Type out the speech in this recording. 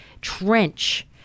trench